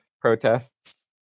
protests